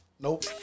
Nope